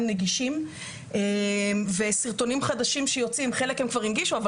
נגישים וסרטונים חדשים שיוצאים חלק הם כבר הנגישו אבל